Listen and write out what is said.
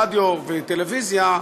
רדיו וטלוויזיה,